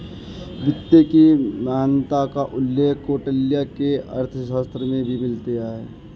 वित्त की महत्ता का उल्लेख कौटिल्य के अर्थशास्त्र में भी मिलता है